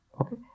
okay